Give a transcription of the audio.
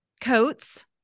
coats